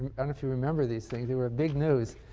and if you remember these things, they were big news,